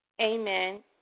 amen